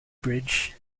bridge